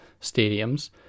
stadiums